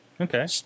Okay